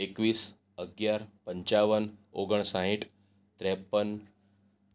એકવીસ અગિયાર પંચાવન ઓગણસાહિઠ ત્રેપન